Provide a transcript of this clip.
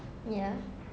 ya